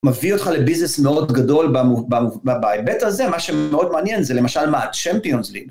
מביא אותך לביזנס מאוד גדול בהיבט הזה, מה שמאוד מעניין זה למשל מהצ'מפיונס ליג